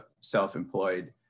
self-employed